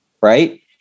Right